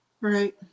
Right